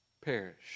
perish